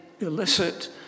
illicit